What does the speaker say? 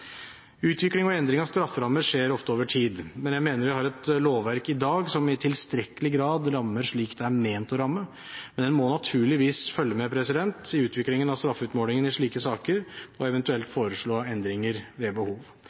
Utvikling og endring av strafferammer skjer ofte over tid, men jeg mener vi i dag har et lovverk som i tilstrekkelig grad rammer slik det er ment å ramme. Men en må naturligvis følge med i utviklingen av straffeutmåling i slike saker og eventuelt foreslå endringer ved behov.